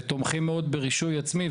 ואנחנו תומכים מאוד ברישוי עצמי,